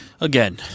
Again